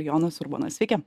jonas urbonas sveiki